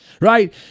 right